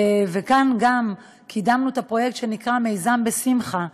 כאן קידמנו את הפרויקט שנקרא מיזם בשמחה,